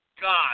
God